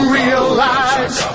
realize